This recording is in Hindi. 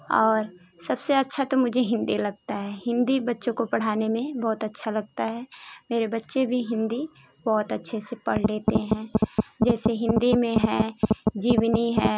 और सबसे अच्छा तो मुझे हिन्दी लगता है हिन्दी बच्चों को पढ़ाने में बहुत अच्छा लगता है मेरे बच्चे भी हिन्दी बहुत अच्छे से पढ़ लेते हैं जैसे हिन्दी में है जीवनी है